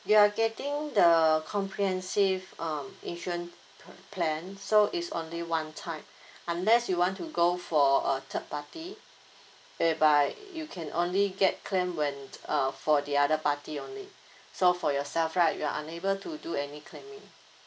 you're getting the comprehensive um insurance pla~ plan so is only one time unless you want to go for a third party whereby you can only get claim when uh for the other party only so for yourself right you're unable to do any claiming